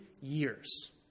years